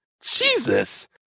Jesus